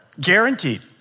guaranteed